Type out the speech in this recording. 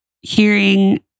hearing